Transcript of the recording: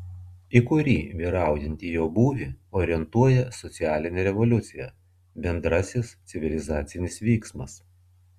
į kurį vyraujantį jo būvį orientuoja socialinė evoliucija bendrasis civilizacinis vyksmas